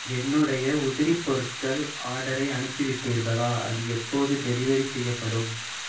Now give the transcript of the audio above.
என்னுடைய உதிரிப் பொருட்கள் ஆர்டரை அனுப்பிவிட்டீர்களா அது எப்போது டெலிவரி செய்யப்படும்